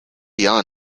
yan